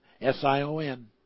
S-I-O-N